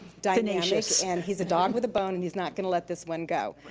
dynamic. and he's a dog with a bone and he's not gonna let this one go.